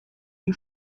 den